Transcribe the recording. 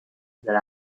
that